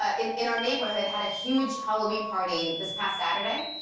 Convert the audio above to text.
ah in in our neighborhood, had a huge halloween party this past saturday.